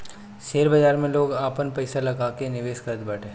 share बाजार में लोग आपन पईसा लगा के निवेश करत बाटे